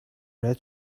red